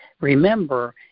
remember